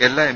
എല്ലാ എം